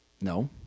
No